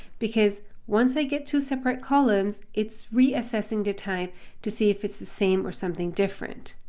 because once i get two separate columns, it's reassessing the type to see if it's the same or something different.